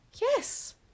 Yes